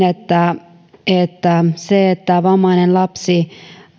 että että se että vammainen lapsi